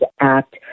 Act